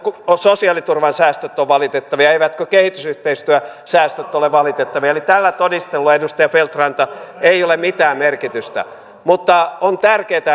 sosiaaliturvan säästöt ole valitettavia eivätkö kehitysyhteistyösäästöt ole valitettavia eli tällä todistelulla edustaja feldt ranta ei ole mitään merkitystä mutta on tärkeää